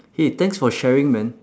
!hey! thanks for sharing man